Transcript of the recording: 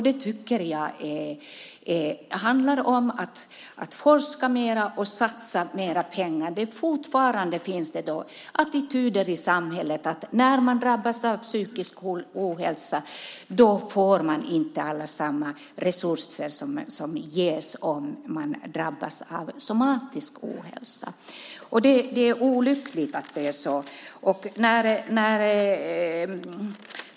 Det handlar om att forska mer och satsa mer pengar. Fortfarande finns det attityder i samhället. När man drabbas av psykisk ohälsa får man inte alls samma resurser som man får om man drabbas av somatisk ohälsa. Det är olyckligt att det är så.